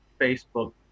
facebook